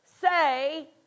say